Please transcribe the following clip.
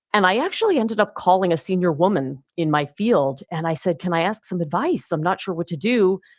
and i actually ended up calling a senior woman in my field and i said, can i ask some advice? i'm not sure what to do?